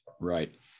right